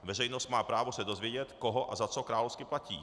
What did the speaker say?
Veřejnost má právo se dozvědět, koho a za co královsky platí.